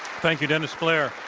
thank you, dennis blair.